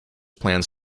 plans